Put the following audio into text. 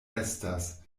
estas